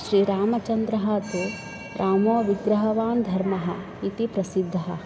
श्रीरामचन्द्रः तु रामो विग्रहवान् धर्मः इति प्रसिद्धः